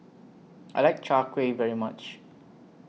I like Chai Kueh very much